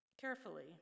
Carefully